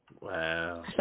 Wow